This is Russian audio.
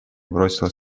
бросило